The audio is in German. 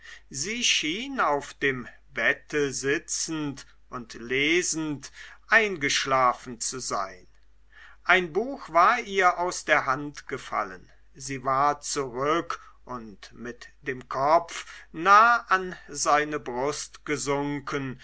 sie schien auf dem bette sitzend und lesend eingeschlafen zu sein ein buch war ihr aus der hand gefallen sie war zurück und mit dem kopf nah an seine brust gesunken